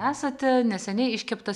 esate neseniai iškeptas